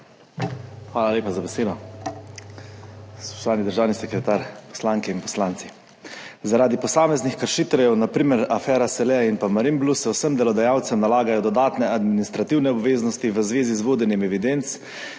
Hvala lepa za besedo. Spoštovani državni sekretar, poslanke in poslanci! Zaradi posameznih kršiteljev, na primer afera Selea in Marinblu, se vsem delodajalcem nalagajo dodatne administrativne obveznosti v zvezi z vodenjem evidenc,